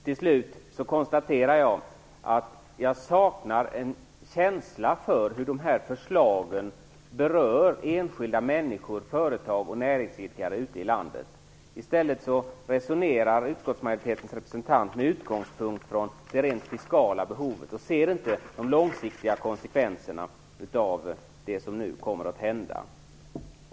Slutligen konstaterar jag att man saknar en känsla för hur dessa förslag berör enskilda människor, företag och näringsidkare ute i landet. I stället resonerar utskottsmajoritetens representant med utgångspunkt från det rent fiskala behovet och ser inte de långsiktiga konsekvenserna av det som nu kommer att hända.